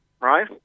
right